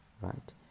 right